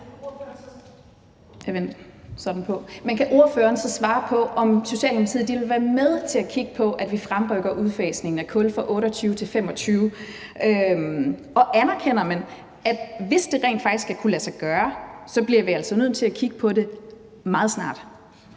Men kan ordføreren så svare på, om Socialdemokratiet vil være med til at kigge på, at vi fremrykker udfasningen af kul fra 2028 til 2025, og anerkender man, at hvis det rent faktisk skal kunne lade sig gøre, bliver vi nødt til at kigge på det meget snart?